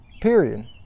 Period